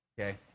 Okay